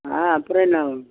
ஆ அப்புறம் என்ன